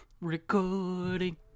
recording